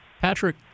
Patrick